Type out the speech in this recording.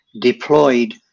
deployed